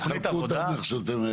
תחלקו אותם איך שאתם רוצים.